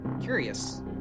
curious